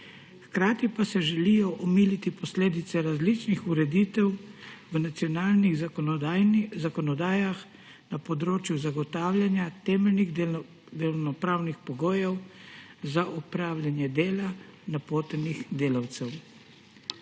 Hkrati pa se želijo omiliti posledice različnih ureditev v nacionalnih zakonodajah na področju zagotavljanja temeljnih delovnopravnih pogojev za opravljanje dela napotenih delavcev.